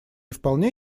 вполне